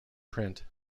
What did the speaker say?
print